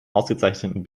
ausgezeichneten